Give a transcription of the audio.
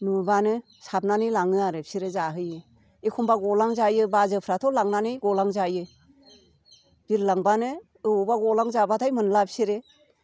नुबानो साबनानै लाङो आरो बिसोरो जाहैयो एखम्बा गलांजायो बाजोफ्राथ' लांनानै गलांजायो बिरलांबानो अबावबा गलांजाबाथाय मोनला बिसोरो